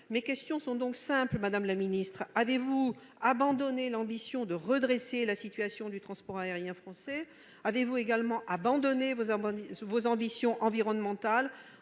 Mes questions sont donc simples. Avez-vous abandonné l'objectif de redresser la situation du transport aérien français ? Avez-vous également abandonné vos ambitions environnementales,